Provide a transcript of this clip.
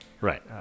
Right